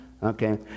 Okay